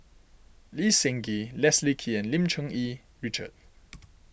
Lee Seng Gee Leslie Kee and Lim Cherng Yih Richard